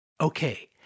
Okay